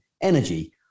energy